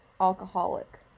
alcoholic